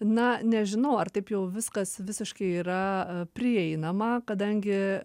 na nežinau ar taip jau viskas visiškai yra prieinama kadangi